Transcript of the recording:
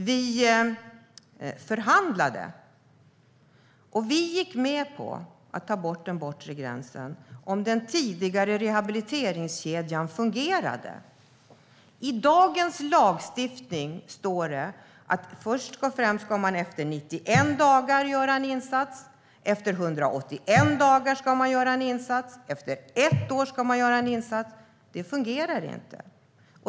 Vi förhandlade, och vi gick med på att ta bort den bortre gränsen ifall den tidigare rehabiliteringskedjan fungerade. Dagens lagstiftning säger att en första insats ska göras efter 91 dagar, sedan efter 181 dagar och slutligen efter ett år. Det fungerar inte.